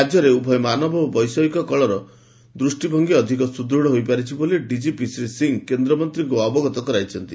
ରାଜ୍ୟରେ ଉଭୟ ମାନବ ଓ ବୈଷୟିକ କଳର ଦୃଷ୍ଟିଭଙ୍ଗୀ ଅଧିକ ସୁଦୃତ୍ ହୋଇପାରିଛି ବୋଲି ଡିକିପି ଶ୍ରୀ ସିଂହ କେନ୍ଦ୍ରମନ୍ତୀଙ୍କୁ ଅବଗତ କରାଇଛନ୍ତି